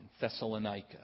Thessalonica